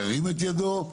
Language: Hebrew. ירים את ידו.